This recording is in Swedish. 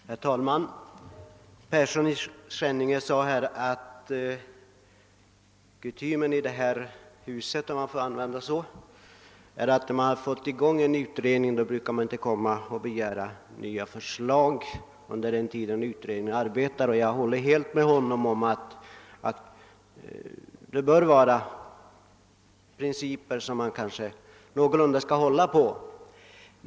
Herr talman! Herr Persson i Skänninge sade att kutymen i detta hus, om jag får använda ett sådant uttryckssätt, är att man, när det påbörjats en utredning på området, inte bör komma med nya förslag där, och jag delar helt och hållet hans uppfattning att detta är en princip som vi skall försöka hålla.